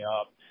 up